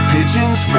Pigeons